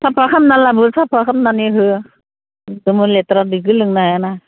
साफा खामना लाबो साफा खामनानै हो एखदम लेथ्रा दैखौ लोंनो हायाना